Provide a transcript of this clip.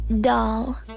doll